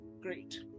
Great